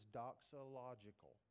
doxological